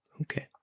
Okay